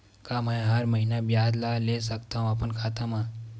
का मैं हर महीना ब्याज ला ले सकथव अपन खाता मा?